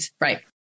right